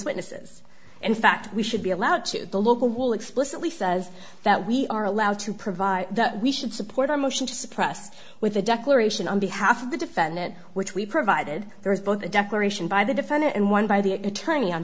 witnesses in fact we should be allowed to the local will explicitly says that we are allowed to provide that we should support our motion to suppress with a declaration on behalf of the defendant which we provided there is both a declaration by the defendant and one by the attorney on